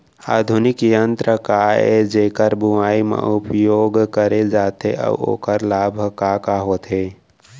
आधुनिक यंत्र का ए जेकर बुवाई म उपयोग करे जाथे अऊ ओखर लाभ ह का का होथे?